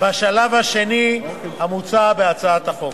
בשלב השני המוצע בהצעת החוק.